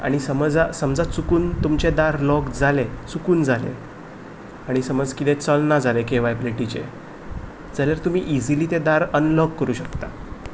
ball आसता तो जेन्ना लकोरयांचेर मारता लकोर्यो म्हणल्यार तितून एक टायल्साचे कुडके दवरताले आमी आनी तेजेर सात अशी एक आमी ल्हानपणा म्हणटाली